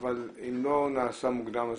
אבל אם לא נעשה מוקדם,